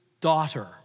daughter